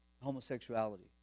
homosexuality